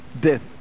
death